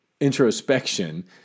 introspection